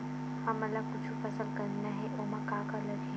हमन ला कुछु फसल करना हे ओमा का का लगही?